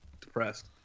depressed